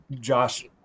Josh